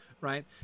Right